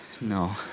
No